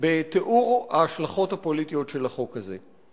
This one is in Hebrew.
בתיאור ההשלכות הפוליטיות של החוק הזה.